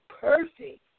perfect